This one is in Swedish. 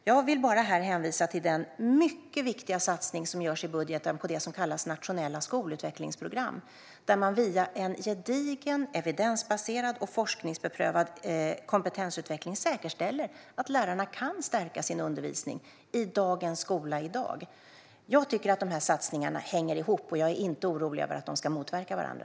Jag vill här hänvisa till den mycket viktiga satsning som görs i budgeten på det som kallas nationella skolutvecklingsprogram där man via en gedigen, evidensbaserad och forskningsbeprövad kompetensutveckling säkerställer att lärarna kan stärka sin undervisning i dagens skola. Jag tycker att satsningarna hänger ihop. Jag är inte orolig över att de ska motverka varandra.